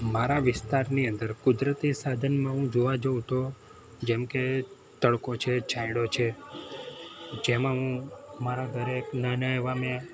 મારા વિસ્તારની અંદર કુદરતી સાધનમાં હું જોવા જઉં તો જેમકે તડકો છે છાંયડો છે જેમાં હું મારા ઘરે નાના એવા મેં